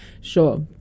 sure